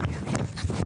הוא חיכה הרבה זמן